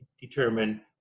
determine